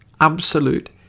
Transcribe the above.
Absolute